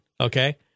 Okay